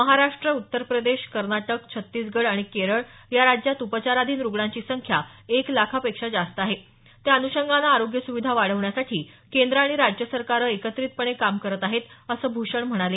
महाराष्ट्र उत्तर प्रदेश कर्नाटक छत्तीसगड आणि केरळ या राज्यात उपचाराधीन रुग्णांची संख्या एक लाखापेक्षा जास्त आहे त्या अनुषंगानं आरोग्य सुविधा वाढवण्यासाठी केंद्र आणि राज्य सरकारं एकत्रितपणे काम करत आहेत असं भूषण म्हणाले